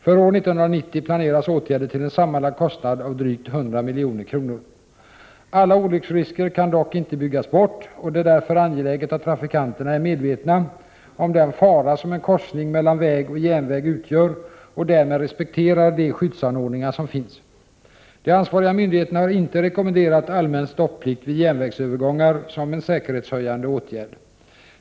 För år 1990 planeras åtgärder till en sammanlagd kostnad av drygt 100 milj.kr. Alla olycksrisker kan dock inte byggas bort, och det är därför angeläget att trafikanterna är medvetna om den fara som en korsning mellan väg och järnväg utgör och därmed respekterar de skyddsanordningar som finns. De ansvariga myndigheterna har inte rekommenderat allmän stopplikt vid järnvägsövergångar som en säkerhetshöjande åtgärd.